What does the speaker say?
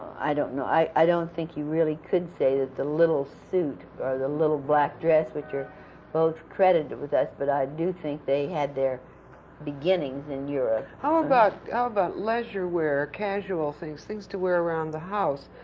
i don't know. i i don't think you really could say that the little suit, or the little black dress, which are both credited with us, but i do think they had their beginnings in europe. phyllis feldkamp how about ah but leisurewear, casual things, things to wear around the house?